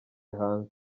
hanze